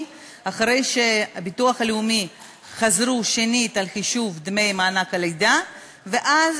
אחרי שבביטוח הלאומי חזרו על חישוב דמי מענק הלידה ואז